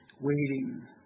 waiting